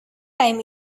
time